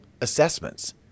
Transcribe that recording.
assessments